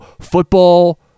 football